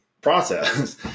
process